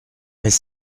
mais